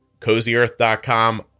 CozyEarth.com